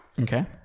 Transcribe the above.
Okay